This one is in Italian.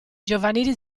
giovanili